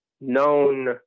known